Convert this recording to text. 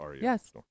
yes